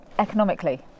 Economically